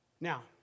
Now